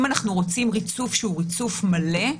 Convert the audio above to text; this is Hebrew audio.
אם אנחנו רוצים ריצוף שהוא ריצוף מלא,